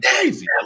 crazy